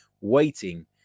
waiting